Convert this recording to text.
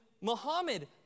Muhammad